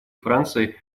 франции